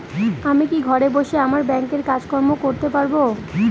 আমি কি ঘরে বসে আমার ব্যাংকের কাজকর্ম করতে পারব?